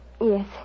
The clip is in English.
Yes